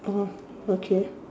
oh okay